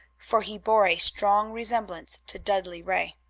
for he bore a strong resemblance to dudley ray.